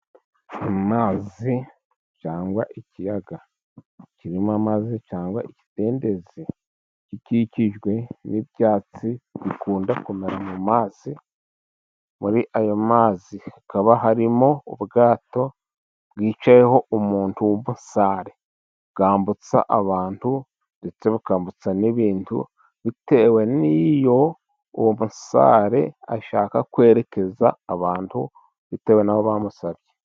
Amazi cyangwa ikiyaga kirimo amazi, cyangwa ikidendezi gikikijwe n'ibyatsi bikunda kumera mu mazi. Muri ayo mazi hakaba harimo, ubwato bwicayeho umuntu w'umusare bwambutsa abantu, ndetse bukambutsa n'ibintu, bitewe n'iyo uwo musare ashaka kwerekeza abantu, bitewe n'aho bamusabye.